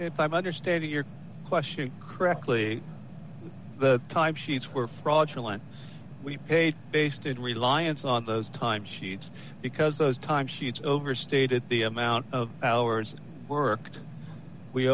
if i'm understanding your question correctly the time sheets were fraudulent we paid basted reliance on those time sheets because those time sheets overstated the amount of hours worked we